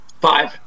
Five